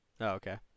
okay